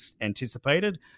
anticipated